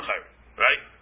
right